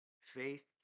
Faith